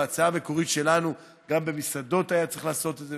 בהצעה המקורית שלנו גם במסעדות היה צריך לעשות את זה,